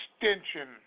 extension